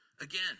again